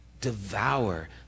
devour